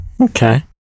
Okay